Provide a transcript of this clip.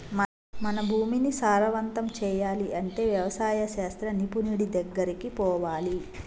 మన భూమిని సారవంతం చేయాలి అంటే వ్యవసాయ శాస్త్ర నిపుణుడి దెగ్గరికి పోవాలి